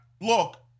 look